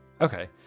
Okay